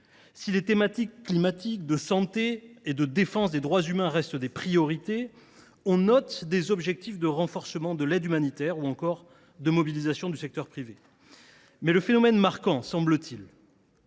Si les thématiques du climat, de la santé et de la défense des droits humains restent des priorités, on note également des objectifs de renforcement de l’aide humanitaire ou encore de mobilisation du secteur privé. Mais le phénomène marquant, semble t il,